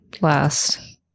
last